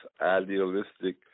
idealistic